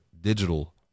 digital